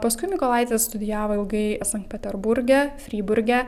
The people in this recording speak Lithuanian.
paskui mykolaitis studijavo ilgai sankt peterburge fryburge